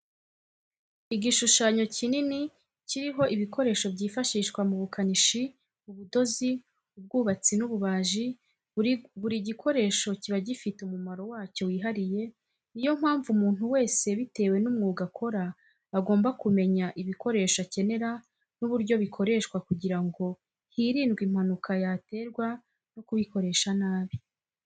Igishushanyo kikini kiriho ibikoresho byifashishwa mu bukanishi, ubudozi, ubwubatsi n'ububajii, buri gikoresho kiba gifite umumaro wacyo wihariye, niyo mpamvu umuntu wese bitewe n'umwuga akora agomba kumenya ibikoresho akenera n'uburyo bikoreshwa kugira ngo hirindwe impanuka yaterwa no kubikoresha nabi.